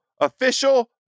official